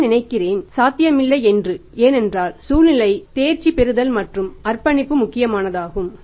நான் நினைக்கிறேன் சாத்தியமில்லை என்று ஏனென்றால் சூழ்நிலை தேர்ச்சி பெறுதல் மற்றும் அர்ப்பணிப்பு முக்கியமானதாகும்